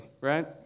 right